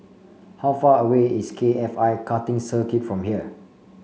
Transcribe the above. how far away is K F I Karting Circuit from here